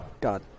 God